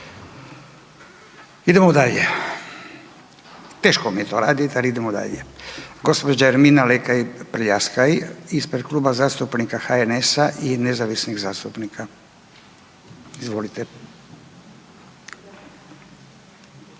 Idemo dalje. Teško mi je to raditi, ali idemo dalje. Gospođa Ermina Lekaj Prljaskaj ispred Kluba zastupnika HNS-a i nezavisnih zastupnika. Izvolite.